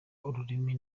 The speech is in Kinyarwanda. ururimi